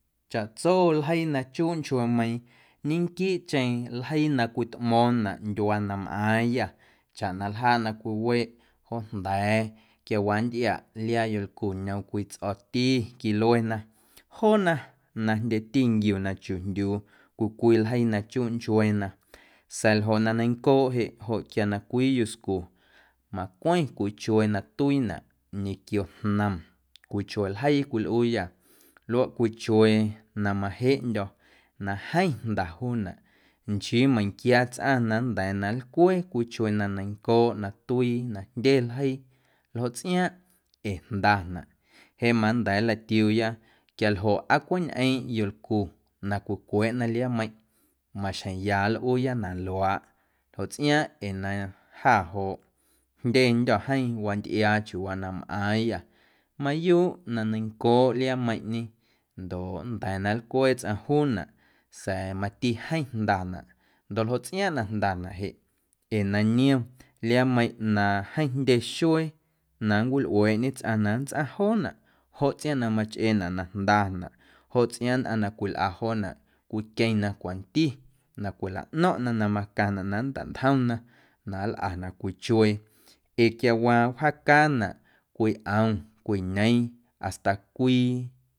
Chaꞌtso ljeii na chuuꞌ nchueemeiiⁿ ñenquiiꞌcheⁿ ljeii na cwitꞌmo̱o̱ⁿnaꞌ ndyuaa na mꞌaaⁿyâ chaꞌ na ljaaꞌ na cwiweeꞌ joo jnda̱a̱ quiawaa nntꞌiaa liaa yolcu na ñoom cwii tsꞌo̱o̱ti quiluena joona na jndyeti nquiuna chiuu jndyuu cwii cwii ljeii na chuuꞌ nchueena sa̱a̱ ljoꞌ na neiⁿncooꞌ jeꞌ joꞌ quia na cwii yuscu macweⁿ cwii chuee na tuiinaꞌ ñequio jnom cwii chuee ljeii cwilꞌuuyâ luaꞌ cwii chuee na majeꞌndyo̱ na jeeⁿ jnda juunaꞌ nchii meiⁿnquia tsꞌaⁿ na nnda̱a̱ na nlcwee cwii chuee na neiⁿncooꞌ na tuii na jndye ljeii ljoꞌ tsꞌiaaⁿꞌ ee jndanaꞌ jeꞌ manda̱a̱ nlatiuuya quialjoꞌ aa cweꞌ ñꞌeeⁿꞌ yolcu na cwicweeꞌna liaameiⁿꞌ maxjeⁿ ya nlꞌuuya na luaaꞌ ljoꞌ tsꞌiaaⁿꞌ ee na jâ joꞌ jndyendyo̱ jeeⁿ wantꞌiaa chiuuwaa na mꞌaaⁿyâ mayuuꞌ na neiⁿncooꞌ liaameiⁿꞌñe ndoꞌ nnda̱a̱ na nlcwee tsꞌaⁿ juunaꞌ sa̱a̱ mati jeeⁿ jndanaꞌ ndoꞌ ljoꞌ tsꞌiaaⁿꞌ na jndanaꞌ jeꞌ ee na niom liaameiⁿꞌ na jeeⁿ jndye xuee na nncwilꞌueeꞌñe tsꞌaⁿ na nntsꞌaⁿ joonaꞌ joꞌ tsꞌiaaⁿꞌ na machꞌeenaꞌ na jndanaꞌ joꞌ tsꞌiaaⁿꞌ nnꞌaⁿ na cwilꞌa joonaꞌ cwiqueⁿna cwanti na cwilaꞌno̱ⁿꞌna na macaⁿnaꞌ na nntantjomna na nlꞌana cwii chuee ee quiawaa wjaacaanaꞌ cwii ꞌom cwii ñeeⁿ hasta cwii.